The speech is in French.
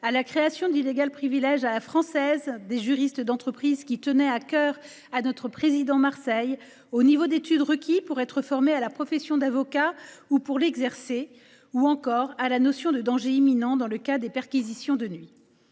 à la création d’un à la française des juristes d’entreprise, qui tenait à cœur au président Hervé Marseille, au niveau d’études requis pour être formé à la profession d’avocat ou pour l’exercer, ou encore à la notion de danger imminent dans le cadre des perquisitions de nuit.